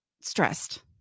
stressed